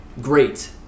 great